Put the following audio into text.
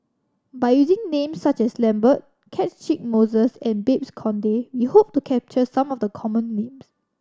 by using names such as Lambert Catchick Moses and Babes Conde we hope to capture some of the common names